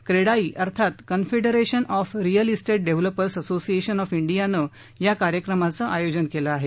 क्रेडाई अर्थात confederation of real estate developers association of डियानं या कार्यक्रमाचं आयोजन केलं आहे